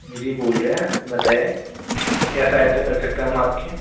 जी बोल रहे हैं बताएँ क्या सहायता कर सकते हैं हम आपकी